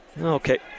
Okay